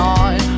on